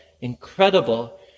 incredible